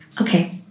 okay